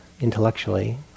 intellectually